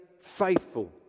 faithful